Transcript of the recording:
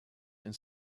and